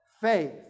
faith